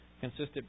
consistent